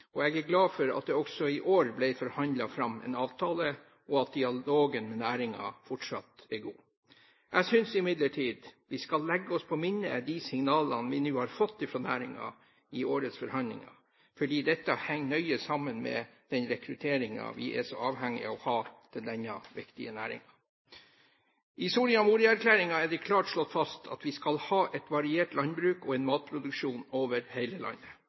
og jeg er glad for at det også i år ble forhandlet fram en avtale, og at dialogen med næringen fortsatt er god. Jeg synes imidlertid vi skal legge oss på minne de signalene vi nå har fått fra næringen i årets forhandlinger, fordi dette henger nøye sammen med den rekrutteringen vi er avhengige av å ha til denne viktige næringen. I Soria Moria-erklæringen er det klart slått fast at vi skal ha et variert landbruk og en matproduksjon over hele landet.